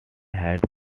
had